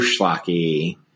schlocky